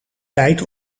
tijd